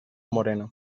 moreno